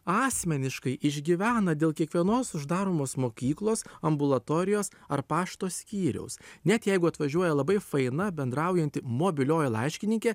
asmeniškai išgyvena dėl kiekvienos uždaromos mokyklos ambulatorijos ar pašto skyriaus net jeigu atvažiuoja labai faina bendraujanti mobilioji laiškininkė